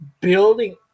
building